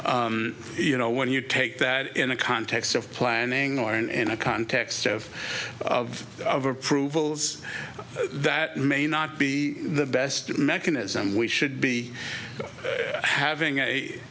about you know when you take that in a context of planning or in a context of of approvals that may not be the best mechanism we should be having a